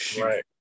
Right